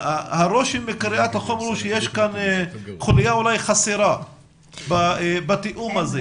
הרושם מקריאת החומר הוא שיש כאן חוליה אולי חסרה בתיאום הזה,